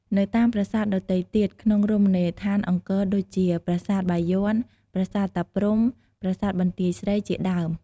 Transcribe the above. នៅតាមប្រាសាទដទៃទៀតក្នុងរមណីយដ្ឋានអង្គរដូចជា ប្រាសាទបាយ័ន ប្រាសាទតាព្រហ្ម ប្រាសាទបន្ទាយស្រី ជាដើម។